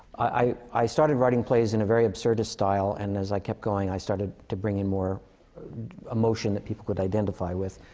i i started writing plays in a very absurdist style. and as i kept going, i started to bring in more emotion that people could identify with.